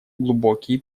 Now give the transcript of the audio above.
глубокие